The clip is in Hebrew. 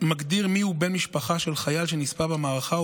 מגדיר בן משפחה של חייל שנספה במערכה,